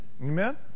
Amen